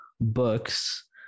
books